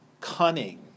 cunning